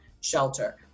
shelter